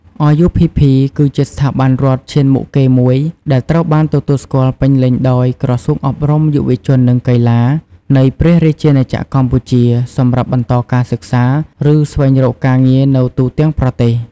RUPP គឺជាស្ថាប័នរដ្ឋឈានមុខគេមួយដែលត្រូវបានទទួលស្គាល់ពេញលេញដោយ ក្រសួងអប់រំ យុវជន និងកីឡា នៃព្រះរាជាណាចក្រកម្ពុជា សម្រាប់បន្តការសិក្សា ឬស្វែងរកការងារនៅទូទាំងប្រទេស។